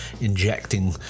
injecting